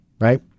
right